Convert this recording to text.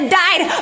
died